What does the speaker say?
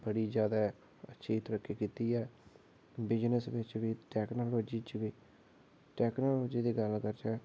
बड़ी जैदा तरक्की कीती ऐ बिजनस बिच बी टैकनाॅलजी बिच बी टैकनालजी दी गल्ल करचै